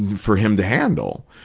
for him to handle.